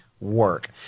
work